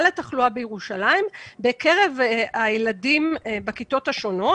התחלואה בירושלים בקרב הילדים בכיתות השונות,